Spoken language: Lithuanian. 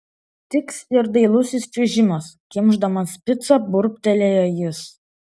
tiks ir dailusis čiuožimas kimšdamas picą burbtelėjo jis